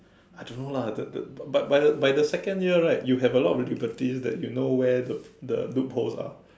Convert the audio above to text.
I don't know lah the the but by the by the second year right you have a lot of difficulties that you know where the the loopholes are